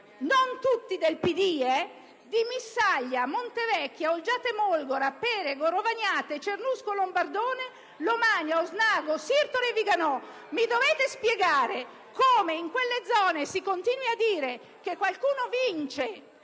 non tutti del PD, dei Comuni di Missaglia, Montevecchia, Olgiate Molgora, Perego, Rovagnate, Cernusco Lombardone, Lomagna, Osnago, Sirtori e Viganò. Mi dovete spiegare com'è possibile che in quelle zone si continui a dire che qualcuno vince